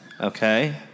Okay